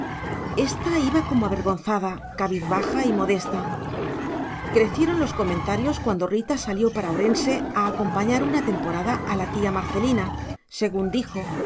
ésta iba como avergonzada cabizbaja y modesta crecieron los comentarios cuando rita salió para orense a acompañar una temporada a la tía marcelina según dijo y